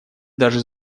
даже